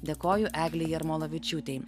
dėkoju eglei jarmolavičiūtei